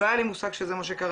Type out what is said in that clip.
לא היה לי מושג שזה מה שקרה,